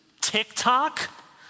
TikTok